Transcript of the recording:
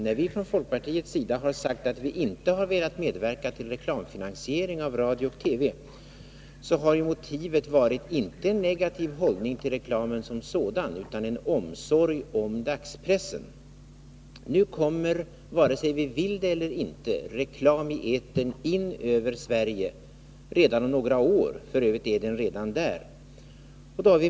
När vi från folkpartiets sida har sagt att vi inte har velat medverka till reklamfinansiering av radio och TV, har motivet inte varit en negativ hållning till reklamen som sådan utan en omsorg om dagspressen. Nu kommer, vare sig vi vill det eller inte, reklamen i etern in över Sverige redan om några år — f. ö. är den redan där.